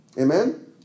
Amen